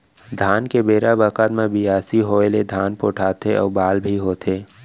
धान के बेरा बखत म बियासी होय ले धान पोठाथे अउ बाल भी होथे